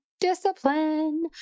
Discipline